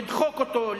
לדחוק אותו,